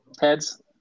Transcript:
Heads